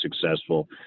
successful